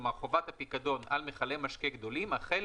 כלומר חובת הפיקדון על מכלי משקה גדולים החל